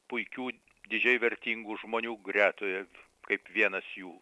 puikių didžiai vertingų žmonių gretoje kaip vienas jų